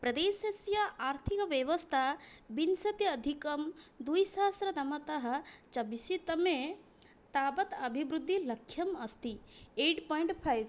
प्रदेशस्य आर्थिकव्यवस्था विंशति अधिकं द्विसहस्रतमतः चबिस्तमे तावत् अभिवृद्धि लक्ष्यम् अस्ति एट् पोयिन्ट् फैव्